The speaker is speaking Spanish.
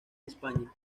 españa